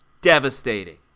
Devastating